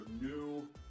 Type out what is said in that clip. new